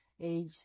age